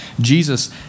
Jesus